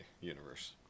universe